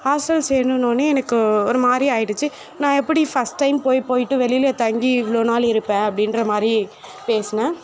hostel சேர்ணுன்னவுடனே எனக்கு ஒருமாதிரி ஆகிடுச்சி நான் எப்படி ஃபஸ்ட் டைம் போய் போய்ட்டு வெளியில் தங்கி இவ்வளோ நாள் இருப்பேன் அப்படின்ற மாதிரி பேசினேன்